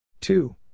Two